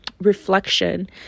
reflection